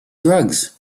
drugs